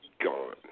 gone